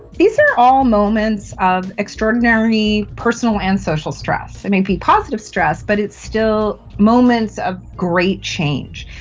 these are all moments of extraordinary personal and social stress. it may be positive stress but it's still moments of great change.